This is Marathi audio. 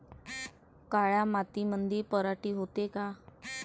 काळ्या मातीमंदी पराटी होते का?